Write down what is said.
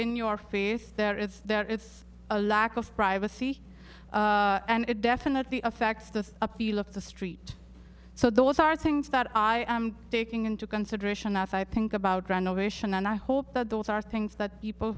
in your fear if there it's there it's a lack of privacy and it definitely affects the appeal of the street so those are things that i am taking into consideration that i think about renovation and i hope that those are things that people